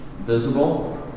Visible